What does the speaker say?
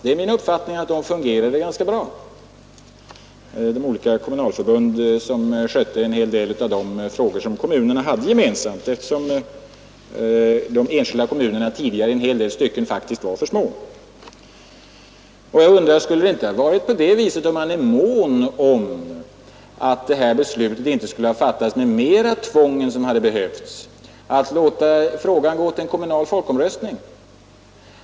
Det är min uppfattning 83 att de olika kommunalförbund som skötte en hel del av de frågor som kommunerna hade gemensamt, eftersom de enskilda kommunerna tidigare i en del stycken faktiskt var för små, fungerade ganska bra. Skulle man inte, om man hade varit mån om att beslutet inte skulle ha fattats med mera tvång än som behövts, ha kunnat låta frågan gå till en kommunal folkomröstning?